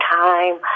time